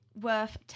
worth